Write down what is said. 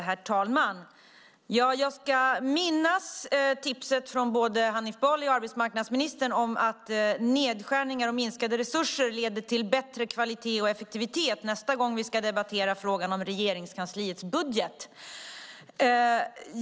Herr talman! Jag ska minnas tipset från både Hanif Bali och arbetsmarknadsministern, om att nedskärningar och minskade resurser leder till bättre kvalitet och effektivitet, nästa gång vi ska debattera frågan om Regeringskansliets budget.